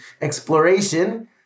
exploration